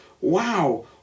wow